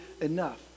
enough